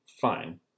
fine